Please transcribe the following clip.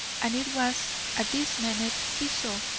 and it was at this minute he saw,